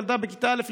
ילדה בכיתה א',